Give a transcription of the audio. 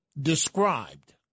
described